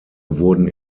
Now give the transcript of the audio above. wurden